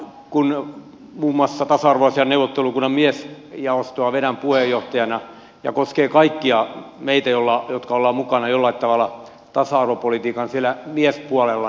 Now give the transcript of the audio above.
kun muun muassa tasa arvoasiain neuvottelukunnan miesjaostoa vedän puheenjohtajana ja tämä koskee kaikkia meitä jotka olemme jollain tavalla mukana tasa arvopolitiikan siellä miespuolella